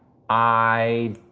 i.